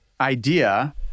idea